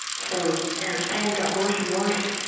so as pain got worse and worse,